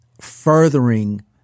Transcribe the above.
furthering